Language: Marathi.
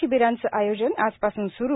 शिबिरांचे आयोजन आजपासून सुरू